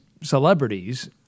celebrities